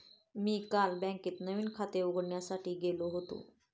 मी काल बँकेत नवीन खाते उघडण्यासाठी गेलो होतो